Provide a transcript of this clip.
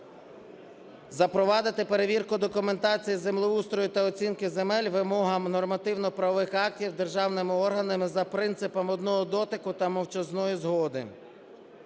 Запровадити перевірку документації землеустрою та оцінки земель вимогам нормативно-правових актів державними органами за принципом одного дотику та мовчазної згоди.